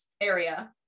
area